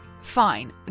Fine